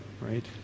right